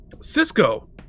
Cisco